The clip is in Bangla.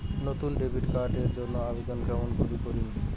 নতুন ডেবিট কার্ড এর জন্যে আবেদন কেমন করি করিম?